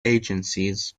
agencies